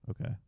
Okay